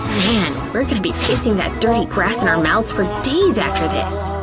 man, we're gonna be tasting that dirty grass in our mouths for days after this!